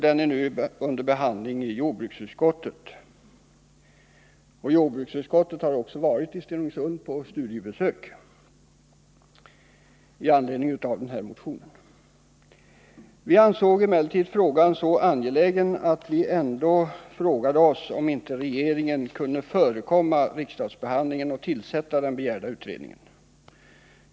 Den är nu under behandling i jordbruksutskottet. Jordbruksutskottet har också varit i Stenungsund på studiebesök med anledning av den här motionen. Vi socialdemokrater ansåg emellertid saken så angelägen att vi frågade oss ominte regeringen kunde förekomma riksdagsbehandlingen och tillsätta den begärda utredningen.